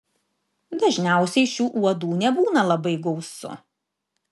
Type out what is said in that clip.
dažniausiai šių uodų nebūna labai gausu